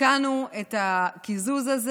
ותיקנו את הקיזוז הזה.